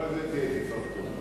תהיה תפארתו.